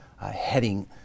heading